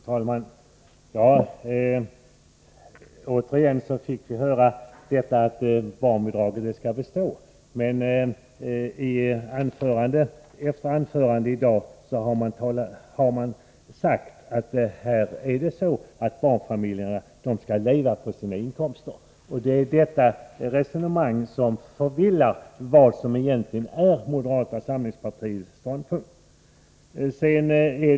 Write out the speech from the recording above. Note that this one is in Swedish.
Fru talman! Återigen fick vi höra att barnbidraget skall bestå. I anförande efter anförande i dag har man emellertid sagt att barnfamiljerna skall leva på sina inkomster. Det är detta resonemang som förvillar när det gäller vad som egentligen är moderata samlingspartiets ståndpunkt.